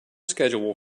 schedule